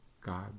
God